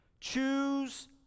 Choose